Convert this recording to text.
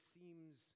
seems